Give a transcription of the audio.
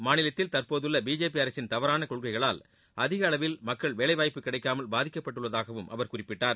மாநிலத்தில் தற்போதுள்ள பிஜேபி அரசின் தவறான கொள்கைகளால் அதிக அளவில் மக்கள் வேலைவாய்ப்பு கிடைக்காமல் பாதிக்கப்பட்டுள்ளதாகவும் அவர் குறிப்பிட்டார்